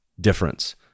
difference